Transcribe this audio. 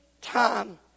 time